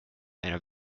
einer